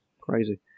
crazy